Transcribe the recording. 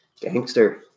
Gangster